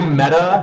meta